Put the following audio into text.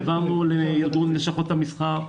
ארגון לשכות המסחר,